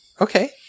Okay